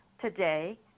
today